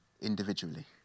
individually